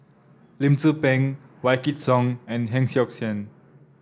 Lim Tze Peng Wykidd Song and Heng Siok Tian